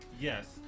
Yes